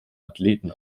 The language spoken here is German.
athleten